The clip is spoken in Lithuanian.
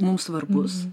mums svarbus